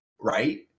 right